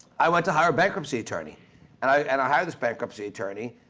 i went to hire a bankruptcy attorney and i hired this bankruptcy attorney,